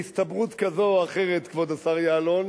בהסתברות כזאת או אחרת, כבוד השר יעלון,